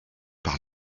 par